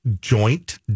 joint